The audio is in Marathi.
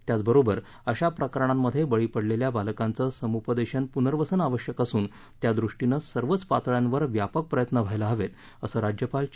त्याचबरोबर अशा प्रकरणांमध्ये बळी पडलेल्या बालकांचं समुपदेशन पुनर्वसन आवश्यक असून त्यादृष्टीनं सर्वच पातळ्यांवर व्यापक प्रयत्न व्हायला हवेत असं राज्यपाल चे